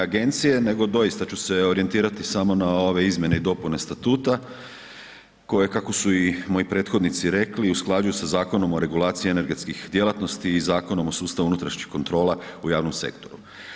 agencije nego doista ću se orijentirati samo na ove izmjene i dopune statute koje kako su i moji prethodnici rekli, usklađuju sa Zakonom o regulaciji energetskih djelatnosti i Zakonom o sustavu unutrašnjih kontrola u javnom sektoru.